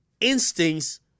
instincts